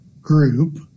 group –